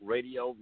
Radio